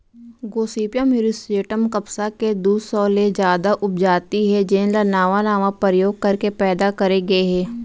Gossypium हिरस्यूटॅम कपसा के दू सौ ले जादा उपजाति हे जेन ल नावा नावा परयोग करके पैदा करे गए हे